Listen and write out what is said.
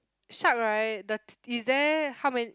shark right the is there how many